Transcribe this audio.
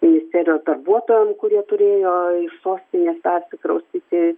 ministerijos darbuotojam kurie turėjo iš sostinės persikraustyti